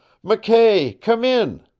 mckay, come in!